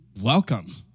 welcome